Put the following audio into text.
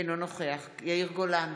אינו נוכח יאיר גולן,